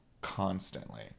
constantly